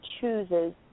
chooses